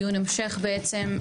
דיון המשך בעצם,